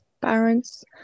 parents